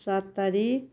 सात तारिक